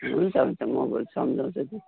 हुन्छ हुन्छ म भोलि सम्झाउँछु नि